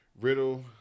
Riddle